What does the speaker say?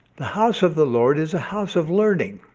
the house of the lord is a house of learning.